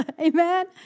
Amen